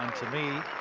to me.